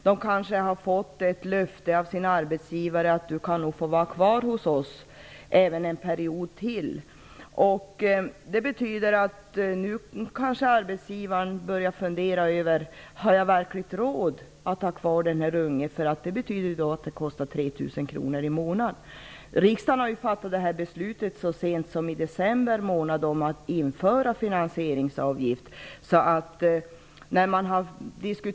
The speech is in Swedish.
De kanske har fått ett löfte av sina arbetgivare att de kan få vara kvar en period till. Nu kanske arbetsgivarna börjar fundera över om de verkligen har råd att ha kvar de unga. Det betyder att de kostar 3 000 kronor i månaden. Riksdagen fattade beslut om att införa finansieringsavgift så sent som i december månad.